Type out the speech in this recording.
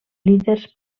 líders